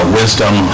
wisdom